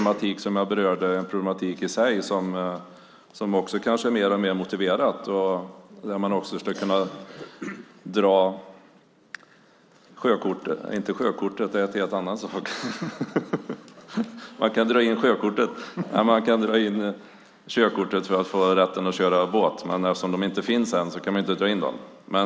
Man skulle också kunna dra in körkortet när det gäller rätten att köra båt, men eftersom de inte finns än kan man inte dra in dem.